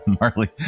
Marley